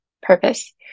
Purpose